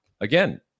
again